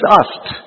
asked